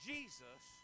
Jesus